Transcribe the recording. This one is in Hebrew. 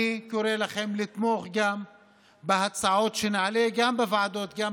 אני קורא לכם לתמוך גם בהצעות שנעלה גם בוועדות וגם